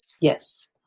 Yes